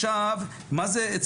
זה חשוב מאוד.